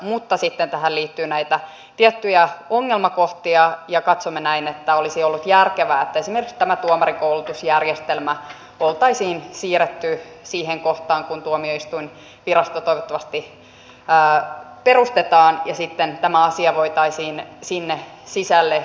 mutta sitten tähän liittyy näitä tiettyjä ongelmakohtia ja katsomme näin että olisi ollut järkevää että esimerkiksi tämä tuomarikoulutusjärjestelmä oltaisiin siirretty siihen kohtaan kun tuomioistuinvirasto toivottavasti perustetaan ja sitten tämä koulutuksen kehittäminen voitaisiin sinne sisälle siirtää